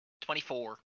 Twenty-four